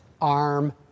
arm